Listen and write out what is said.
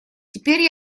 теперь